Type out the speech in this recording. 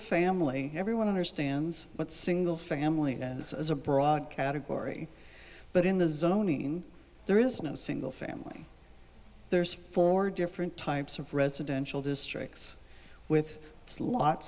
family everyone understands but single family is a broad category but in the zoning there is no single family there's four different types of residential districts with